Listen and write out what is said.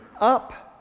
up